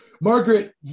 Margaret